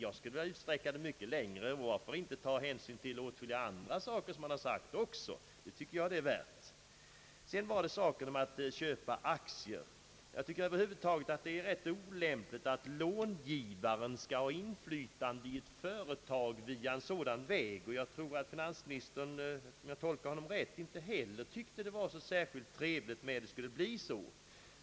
Jag skulle vilja utsträcka det mycket längre och fråga: Varför inte ta hänsyn till åtskilliga andra saker, som han också har sagt t.ex. i mittpartiernas motion? Det tycker jag de är värda! I fråga om aktieinköp tycker jag det är olämpligt, att långivaren skall få ett inflytande i ett företag via en sådan väg. Jag tror att finansministern, om jag tolkade honom rätt, inte heller tyckte det var så särskilt trevligt om det skulle bli så.